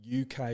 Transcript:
UK